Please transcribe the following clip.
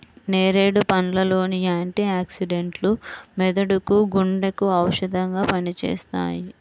నేరేడు పండ్ల లోని యాంటీ ఆక్సిడెంట్లు మెదడుకు, గుండెకు ఔషధంగా పనిచేస్తాయి